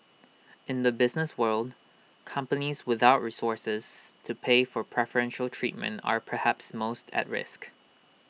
in the business world companies without resources to pay for preferential treatment are perhaps most at risk